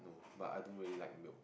but I don't really like milk